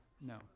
No